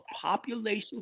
population